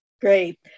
Great